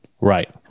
right